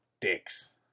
dicks